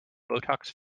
botox